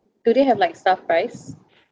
do they have like staff price